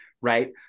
Right